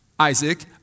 Isaac